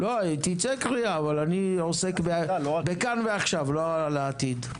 תצא קריאה אבל אני עוסק בכאן ועכשיו לא על העתיד.